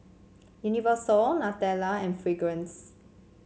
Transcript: Universal Nutella and Fragrance